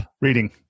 reading